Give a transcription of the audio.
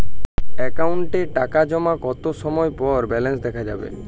অ্যাকাউন্টে টাকা জমার কতো সময় পর ব্যালেন্স দেখা যাবে?